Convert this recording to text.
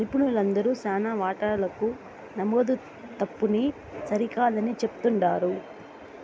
నిపుణులందరూ శానా వాటాలకు నమోదు తప్పుని సరికాదని చెప్తుండారు